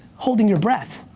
holding your breath.